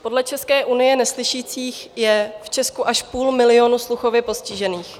Podle České unie neslyšících je v Česku až půl milionu sluchově postižených.